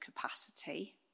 capacity